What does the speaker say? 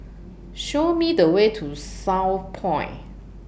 Show Me The Way to Southpoint